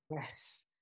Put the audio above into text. yes